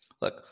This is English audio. look